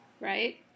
right